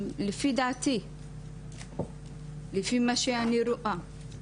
לפי דעתי, לפי מה שאני רואה,